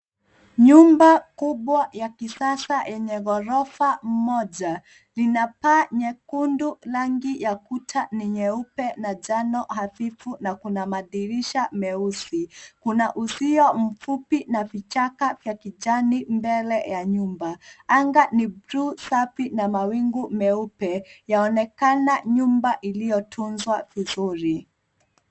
Nyumba kubwa ya kisasa yenye ghorofa moja. Lina paa nyekundu. Rangi ya kuta ni nyeupe na njano hafifu na kuna madirisha meusi. Kuna uzia mfupi na vichaka vya kijani mbele ya nyumba. Anga ni juu safi na mawingu meupe. Yaonekana nyumba iliyotunzwa vizuri.